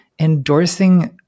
endorsing